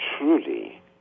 truly